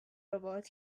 ربات